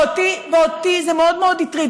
ואותי זה מאוד מאוד הטריד.